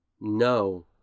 no